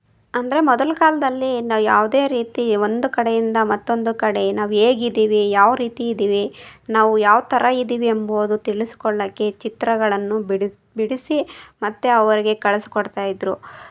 ಅಂದ್ರೆ ಮೊದಲ ಕಾಲದಲ್ಲಿ ನಾವು ಯಾವುದೇ ರೀತಿ ಒಂದು ಕಡೆಯಿಂದ ಮತ್ತೊಂದು ಕಡೆ ನಾವು ಹೇಗಿದೀವಿ ಯಾವ ರೀತಿ ಇದ್ದೀವಿ ನಾವು ಯಾವ ಥರ ಇದ್ದೀವಿ ಎಂಬುದು ತಿಳಿಸ್ಕೊಳ್ಳಕ್ಕೆ ಚಿತ್ರಗಳನ್ನು ಬಿಡಿ ಬಿಡಿಸಿ ಮತ್ತು ಅವರಿಗೆ ಕಳ್ಸಿ ಕೊಡ್ತಾ ಇದ್ದರು